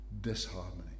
disharmony